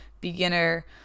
beginner